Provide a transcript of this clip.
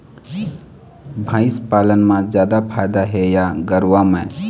भंइस पालन म जादा फायदा हे या गरवा में?